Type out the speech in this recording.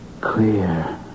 Clear